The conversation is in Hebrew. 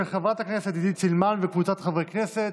של חברת הכנסת עידית סילמן וקבוצת חברי הכנסת.